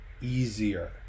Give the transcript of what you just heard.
easier